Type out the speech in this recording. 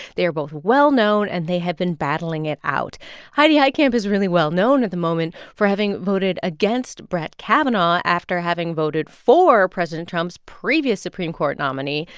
they're both well-known. and they have been battling it out heidi heitkamp is really well known at the moment for having voted against brett kavanaugh after having voted for president trump's previous supreme court nominee,